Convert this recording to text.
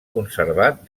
conservat